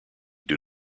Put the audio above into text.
due